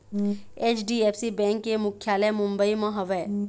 HDFC bank के मुख्यालय मुंबई म हवय